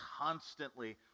constantly